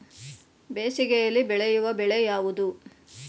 ಬೇಸಿಗೆಯಲ್ಲಿ ಬೆಳೆಯುವ ಬೆಳೆ ಯಾವುದು?